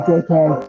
okay